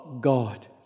God